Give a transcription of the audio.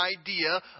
idea